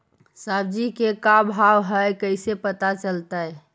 सब्जी के का भाव है कैसे पता चलतै?